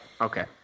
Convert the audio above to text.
Okay